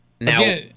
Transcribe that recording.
Now